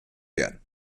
werden